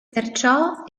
perciò